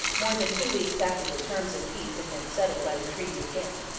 more than two weeks after the terms of peace had been settled by the treaty of ghent.